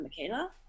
Michaela